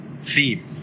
theme